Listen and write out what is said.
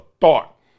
thought